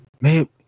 Man